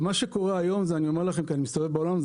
ומה שקורה היום ואני מסתובב הרבה בעולם,